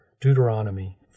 Deuteronomy